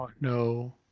no